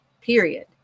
period